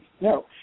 no